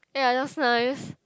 ya just nice